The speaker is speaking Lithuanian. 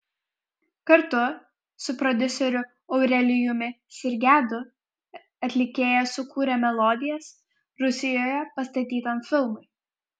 kartu su prodiuseriu aurelijumi sirgedu atlikėja sukūrė melodijas rusijoje pastatytam filmui